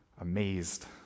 amazed